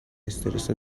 استرس